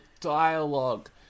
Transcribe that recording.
dialogue